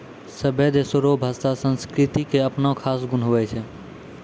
सभै देशो रो भाषा संस्कृति के अपनो खास गुण हुवै छै